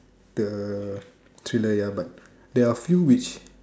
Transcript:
the true ya but there are few which the